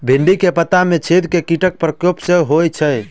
भिन्डी केँ पत्ता मे छेद केँ कीटक प्रकोप सऽ होइ छै?